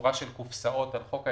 בצורה של קופסאות על חוק היסוד,